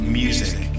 music